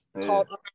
called